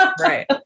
Right